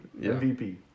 MVP